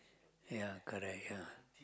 ya correct ya